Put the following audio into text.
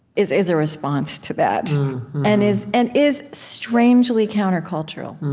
is is a response to that and is and is strangely countercultural